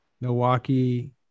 Milwaukee